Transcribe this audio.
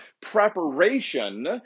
preparation